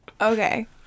Okay